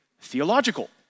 theological